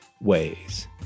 ways